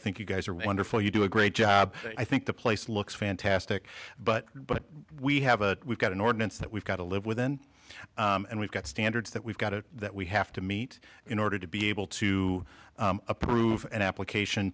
think you guys are wonderful you do a great job i think the place looks fantastic but but we have a we've got an ordinance that we've got to live within and we've got standards that we've got to that we have to meet in order to be able to approve an